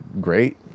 great